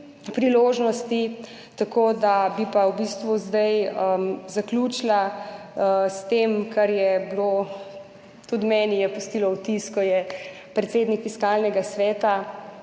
priložnosti. Bi pa v bistvu zdaj zaključila s tem, kar je bilo, tudi meni je pustilo vtis, ko je predsednik Fiskalnega sveta